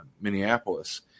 Minneapolis